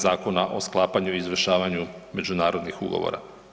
Zakona o sklapanju i izvršavanju međunarodnih ugovora.